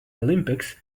olympics